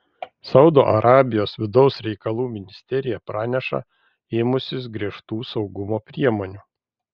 saudo arabijos vidaus reikalų ministerija praneša ėmusis griežtų saugumo priemonių